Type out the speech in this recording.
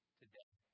today